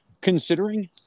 considering